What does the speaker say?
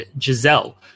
Giselle